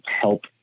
help